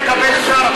תקבל שר,